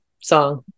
song